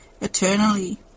Eternally